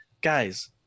guys